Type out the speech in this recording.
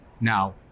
Now